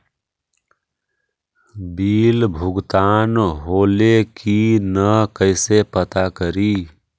Bill भुगतान होले की न कैसे पता करी?